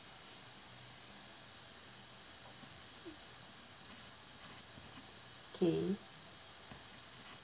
okay